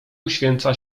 uświęca